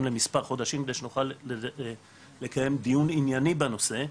למספר חודשים כדי שנוכל לקיים דיון ענייני בנושא,